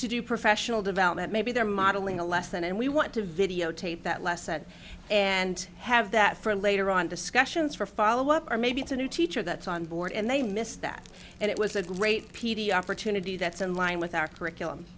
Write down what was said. to do professional development maybe they're modeling a lesson and we want to videotape that lesson and have that for later on discussions for follow up or maybe it's a new teacher that's on board and they missed that and it was a great p t opportunity that's in line with our curriculum